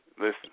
Listen